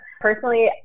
personally